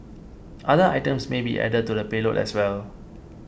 other items may be added to the payload as well